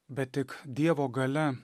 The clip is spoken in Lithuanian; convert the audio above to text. bet tik dievo galia